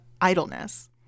idleness